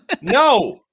No